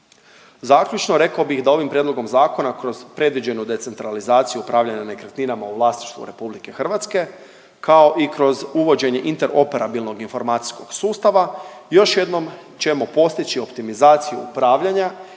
Zaključno rekao bih da ovim prijedlogom zakona kroz predviđenu decentralizaciju upravljanja nekretninama u vlasništvu Republike Hrvatske kao i kroz uvođenje interoperabilnog informacijskog sustava još jednom ćemo postići optimizaciju upravljanja